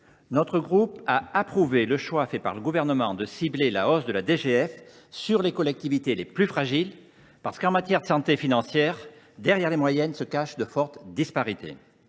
Notre groupe a approuvé le choix du Gouvernement de cibler la hausse de la DGF sur les collectivités les plus fragiles, parce qu’en matière de santé financière, les moyennes cachent de fortes disparités.